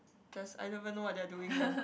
just I don't even know what they are doing man